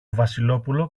βασιλόπουλο